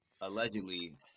allegedly